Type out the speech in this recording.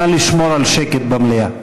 נא לשמור על שקט במליאה.